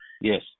Yes